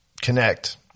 connect